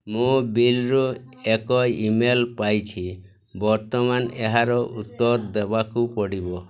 ମୁଁ ବିଲରୁ ଏକ ଇମେଲ୍ ପାଇଛି ବର୍ତ୍ତମାନ ଏହାର ଉତ୍ତର ଦେବାକୁ ପଡ଼ିବ